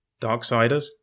Darksiders